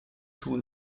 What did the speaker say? tun